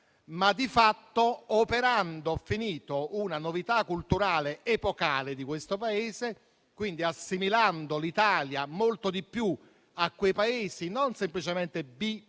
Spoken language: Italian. ma di fatto operando una novità culturale epocale in questo Paese, quindi assimilando l'Italia molto di più a quei Paesi non semplicemente bipolaristi,